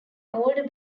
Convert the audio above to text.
older